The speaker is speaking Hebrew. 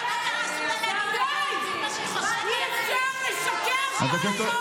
די, אי-אפשר לשקר כל היום.